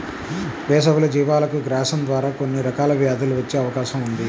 వేసవిలో జీవాలకు గ్రాసం ద్వారా కొన్ని రకాల వ్యాధులు వచ్చే అవకాశం ఉంది